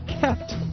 kept